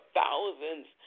thousands